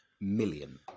million